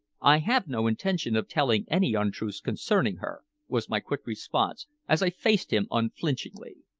i have no intention of telling any untruths concerning her, was my quick response, as i faced him unflinchingly.